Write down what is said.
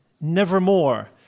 nevermore